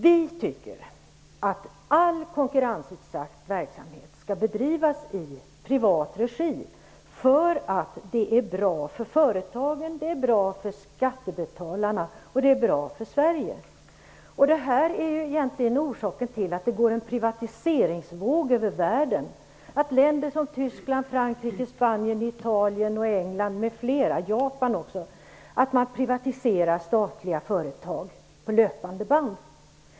Vi tycker att all konkurrensutsatt verksamhet skall bedrivas i privat regi därför att det är bra för företagen, för skattebetalarna och för Sverige. Det här är orsaken till att det går en privatiseringsvåg över världen. Länder som Tyskland, Frankrike, Spanien, Italien, England och Japan privatiserar statliga företag på löpande band.